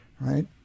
right